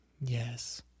Yes